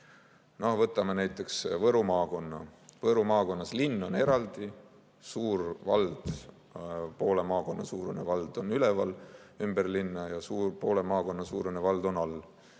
Võtame näiteks Võru maakonna. Võru maakonnas linn on eraldi, poole maakonna suurune vald on üleval ümber linna ja poole maakonna suurune vald on all,